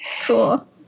Cool